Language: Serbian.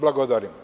Blagodarim.